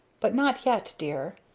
but not yet dear!